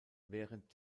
während